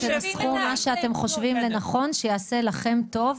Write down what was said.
תנסחו מה שאתם חושבים לנכון שיעשה לכם טוב.